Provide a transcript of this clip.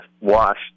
wash